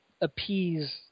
appease